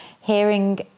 hearing